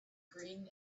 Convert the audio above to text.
green